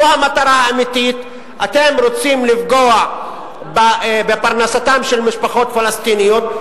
זו המטרה האמיתית: אתם רוצים לפגוע בפרנסתן של משפחות פלסטיניות,